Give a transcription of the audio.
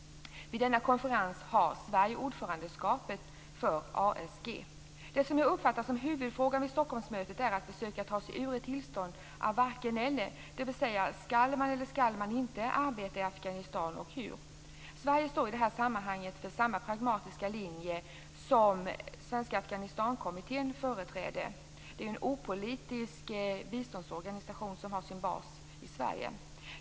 Vid denna konferens har Sverige ordförandeskapet för Det som jag uppfattar som huvudfrågan vid Stockholmsmötet är att det gäller att försöka ta sig ur ett tillstånd av varken-eller, dvs.: Skall man eller skall man inte arbeta i Afghanistan, och hur? Sverige står i det här sammanhanget för samma pragmatiska linje som den som Svenska Afghanistankommittén företräder. Det är en opolitisk biståndsorganisation som har sin bas i Sverige.